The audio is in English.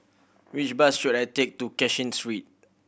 which bus should I take to Cashin sweet